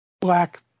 black